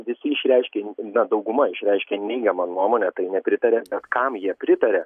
visi išreiškė na dauguma išreiškė neigiamą nuomonę tai nepritaria bet kam jie pritaria